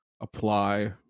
apply